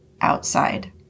outside